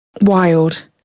wild